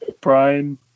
Brian